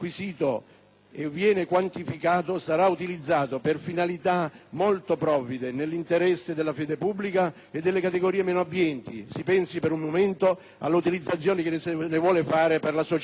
acquisite tali somme sarà utilizzato per finalità molto provvide nell'interesse della fede pubblica e delle categorie meno abbienti (si pensi all'utilizzazione che se ne vuole fare per la *social card*).